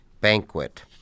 Banquet